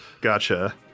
Gotcha